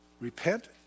repent